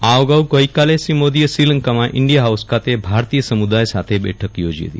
આ સાથે મોદીએ શ્રીલંકામાં ઇન્ડિયા હાઉસ ખાતે ભારતીય સમુદાય સાથે બેઠક યોજી હતી